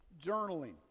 Journaling